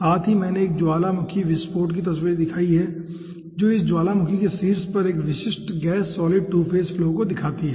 साथ ही मैंने एक ज्वालामुखी विस्फोट की तस्वीर दिखाई है जो इस ज्वालामुखी के शीर्ष पर एक विशिष्ट गैस सॉलिड 2 फेज फ्लो दिखाती है